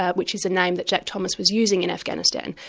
ah which is a name that jack thomas was using in afghanistan.